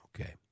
Okay